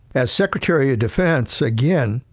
as secretary of defense again,